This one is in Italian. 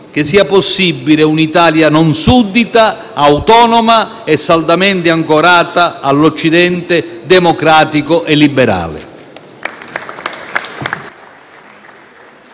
sia possibile un'Italia non suddita, autonoma e saldamente ancorata all'occidente democratico e liberale.